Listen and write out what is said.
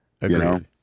Agreed